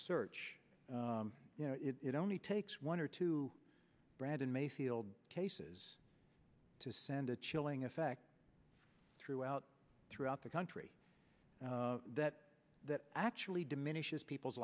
search you know it only takes one or two brandon mayfield cases to send a chilling effect throughout throughout the country that that actually diminishes people's